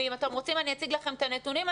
ואם אתם רוצים אני אציג לכם את הנתונים.